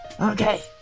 Okay